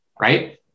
right